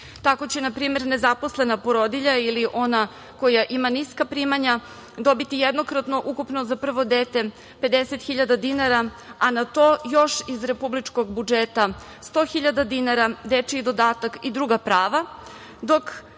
Tako će, na primer, nezaposlena porodilja ili ona koja ima niska primanja dobiti jednokratno ukupno za prvo dete 50.000 dinara, a na to još iz republičkog budžeta 100.000 dinara, dečiji dodatak i druga prava,